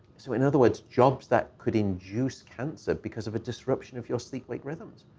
so in other words jobs, that could induce cancer because of a disruption of your sleep-wake rhythms.